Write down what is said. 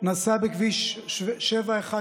נסע בכביש 716,